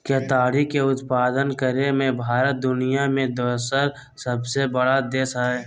केताड़ी के उत्पादन करे मे भारत दुनिया मे दोसर सबसे बड़ा देश हय